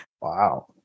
Wow